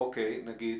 בסדר.